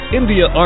India